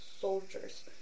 soldiers